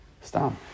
stop